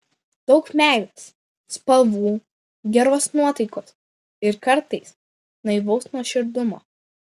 daug meilės spalvų geros nuotaikos ir kartais naivaus nuoširdumo